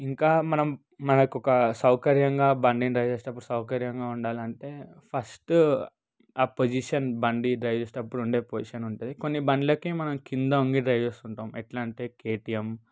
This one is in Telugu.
ఇంకా మనం మనకొక సౌకర్యంగా బండి డ్రైవ్ చేసేటప్పుడు సౌకర్యంగా ఉండాలంటే ఫస్ట్ ఆ పోజిషన్ బండి డ్రైవ్ చేసేటప్పుడు ఉండే పొజిషన్ ఉండే కొన్ని బండ్లకి మనం కింద వంగి డ్రైవ్ చేస్తూ ఉంటాం ఎట్లా అంటే కెటిఎమ్